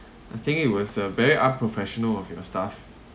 I think it was uh very unprofessional of your staff